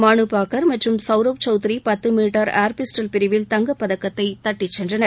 மனு பாக்கர் மற்றும் சவ்ரப் சவுத்ரி பத்து மீட்டர் ஏர் பிஸ்டல் பிரிவில் தங்கப்பதக்கத்தை தட்டிச் சென்றனர்